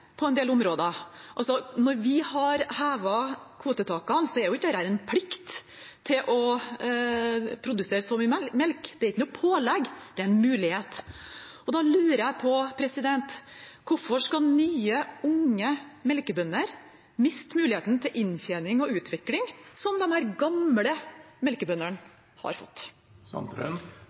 på en del områder. Når vi har hevet kvotetakene, gir ikke det en plikt til å produsere så mye melk. Det er ikke noe pålegg, det er en mulighet. Da lurer jeg på: Hvorfor skal nye, unge melkebønder miste den muligheten til inntjening og utvikling som de gamle melkebøndene har fått?